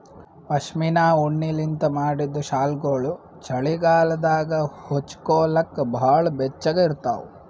ಪಶ್ಮಿನಾ ಉಣ್ಣಿಲಿಂತ್ ಮಾಡಿದ್ದ್ ಶಾಲ್ಗೊಳು ಚಳಿಗಾಲದಾಗ ಹೊಚ್ಗೋಲಕ್ ಭಾಳ್ ಬೆಚ್ಚಗ ಇರ್ತಾವ